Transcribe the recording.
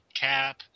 Cap